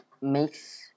makes